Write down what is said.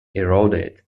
eroded